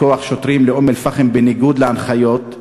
כוח שוטרים לאום-אלפחם בניגוד להנחיות,